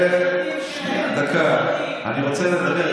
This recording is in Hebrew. אני רוצה לתת לך,